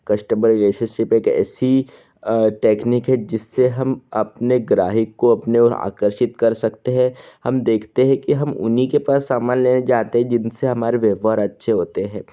customer relationship एक ऐसी technique है जिससे हम अपने ग्राहक को अपने ओर आकर्षित कर सकते हैं हम देखते हैं कि हम उन्हीं के पास समान लेने जाते हैं जिनसे हमारे व्यवहार अच्छे होते हैं